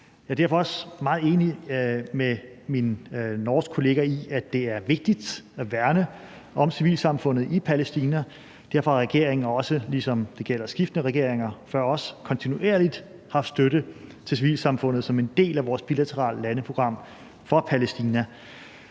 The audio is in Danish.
Jeg er derfor også meget enig med min norske kollega i, at det er vigtigt at værne om civilsamfundet i Palæstina. Derfor har regeringen også, ligesom det gælder skiftende regeringer før os, kontinuerligt givet støtte til civilsamfundet som en del af vores bilaterale landeprogram for Palæstina.